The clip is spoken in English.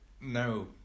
No